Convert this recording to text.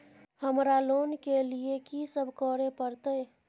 हमरा लोन के लिए की सब करे परतै?